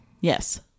Yes